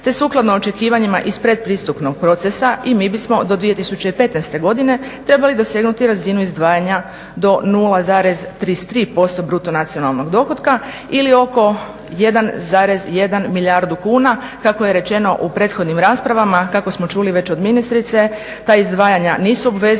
te sukladno očekivanjima iz predpristupnog procesa i mi bismo do 2015. godine trebali dosegnuti razinu izdvajanja do 0,33% bruto nacionalnog dohotka ili oko 1,1 milijardu kuna kako je rečeno u prethodnim raspravama kako smo čuli već od ministrice. Ta izdvajanja nisu obvezujuća